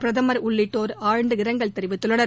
பிரதமர் உள்ளிட்டோர் ஆழ்ந்த இரங்கல் தெரிவித்துள்ளனர்